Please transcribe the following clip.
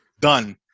done